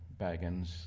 Baggins